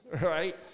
right